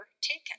taken